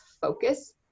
focus